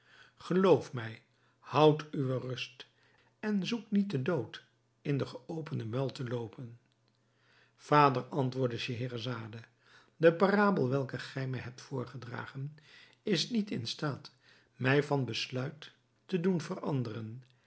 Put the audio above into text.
geloof mij houdt uwe rust en zoek niet den dood in den geopenden muil te loopen vader antwoordde scheherazade de parabel welke gij mij hebt voorgedragen is niet in staat mij van besluit te doen veranderen